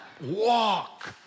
Walk